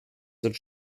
sind